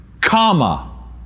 comma